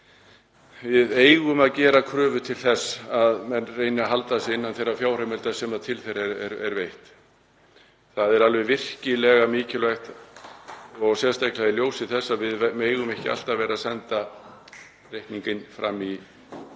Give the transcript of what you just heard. við eigum að gera kröfu til þess að menn reyni að halda sig innan þeirra fjárheimilda sem þeim eru veittar. Það er virkilega mikilvægt og sérstaklega í ljósi þess að við megum ekki alltaf senda reikning inn í framtíðina